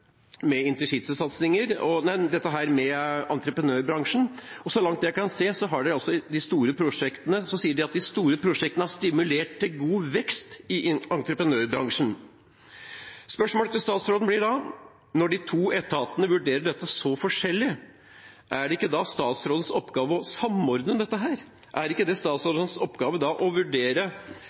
med entreprenørbransjen. Så langt jeg kan se, sier de at de store prosjektene har stimulert til god vekst i entreprenørbransjen. Spørsmålet til statsråden blir da: Når de to etatene vurderer dette så forskjellig, er det ikke da statsrådens oppgave å samordne dette? Er det ikke da statsrådens oppgave å vurdere